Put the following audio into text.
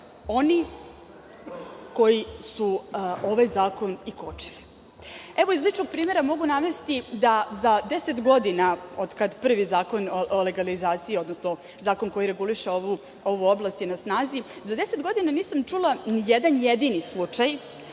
oni koji su ovaj zakon i kočili. Iz ličnog primera mogu navesti da za 10 godina, od kada je prvi zakon o legalizaciji, odnosno zakon koji reguliše ovu oblast na snazi, nisam čula nijedan jedini slučaj